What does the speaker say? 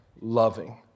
loving